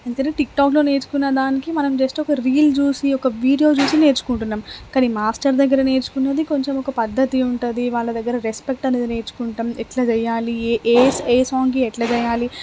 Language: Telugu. ఏంటంటే టిక్టాక్లో నేర్చుకున్నదానికి మనం జస్ట్ ఒక రీల్ చూసి ఒక వీడియో చూసి నేర్చుకుంటున్నాం కానీ మాస్టర్ దగ్గర నేర్చుకున్నది కొంచెం ఒక పద్ధతి ఉంటుంది వాళ్ళ దగ్గర రెస్పెక్ట్ అనేది నేర్చుకుంటాం ఎట్లా చెయ్యాలి ఏ ఏ సాంగ్కి ఎట్లా చేయాలి